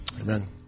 amen